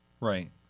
Right